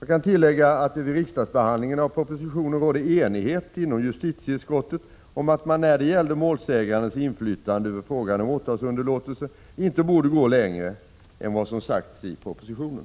Jag kan tillägga att det vid riksdagsbehandlingen av propositionen rådde enighet inom justitieutskottet om att man när det gällde målsägandens inflytande över frågan om åtalsunderlåtelse inte borde gå längre än vad som sagts i propositionen.